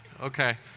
Okay